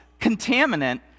contaminant